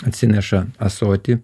atsineša ąsotį